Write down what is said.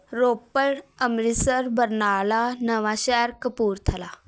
Ropar Amritsar Barnala Nawanshahr Kapurthala